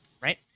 right